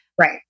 right